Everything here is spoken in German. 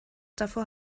davor